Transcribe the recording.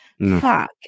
fuck